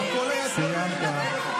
אתה לא תגיד לי להיות בשקט.